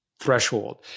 threshold